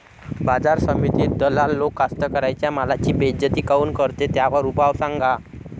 बाजार समितीत दलाल लोक कास्ताकाराच्या मालाची बेइज्जती काऊन करते? त्याच्यावर उपाव सांगा